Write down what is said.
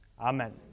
Amen